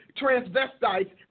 transvestites